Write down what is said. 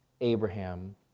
Abraham